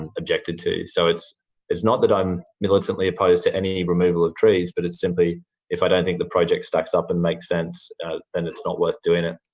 and objected to. so, it's it's not that i'm militantly opposed to any removal of trees, but it's simply if i don't think the project stacks up and makes sense and it's not worth doing it.